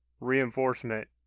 reinforcement